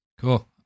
Cool